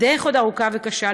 הדרך עוד ארוכה וקשה,